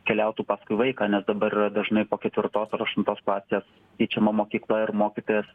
keliautų paskui vaiką nes dabar dažnai po ketvirtos ar aštuntos klasės keičiama mokykla ir mokytojas